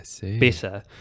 better